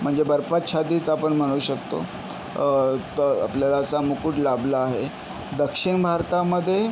म्हणजे बर्फाच्छादित आपण म्हणू शकतो तर आपल्याला असा मुकूट लाभला आहे दक्षिण भारतामध्ये